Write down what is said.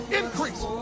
increase